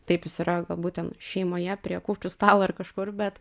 taip jis yra galbūt ten šeimoje prie kūčių stalo ar kažkur bet